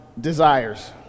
desires